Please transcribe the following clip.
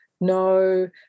no